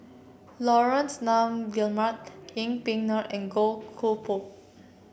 Laurence Nunn Guillemard Yeng Pway Ngon and Goh Koh Pui